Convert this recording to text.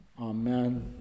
Amen